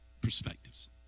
perspectives